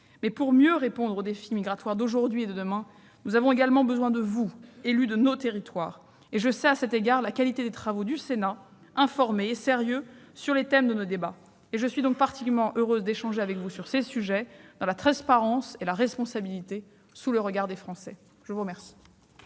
Mais pour mieux répondre aux défis migratoires d'aujourd'hui et de demain, nous avons également besoin de vous, élus de nos territoires, et je sais à cet égard la qualité des travaux du Sénat, informés et sérieux, sur les thèmes de nos débats. Je suis donc particulièrement heureuse d'échanger avec vous sur ces sujets, dans la transparence et la responsabilité, sous le regard des Français. La parole